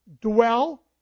dwell